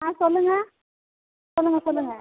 சொல்லுங்கள் சொல்லுங்கள் சொல்லுங்கள்